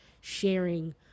sharing